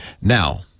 now